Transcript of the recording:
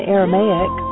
Aramaic